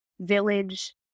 village